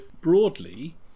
broadly